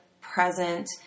present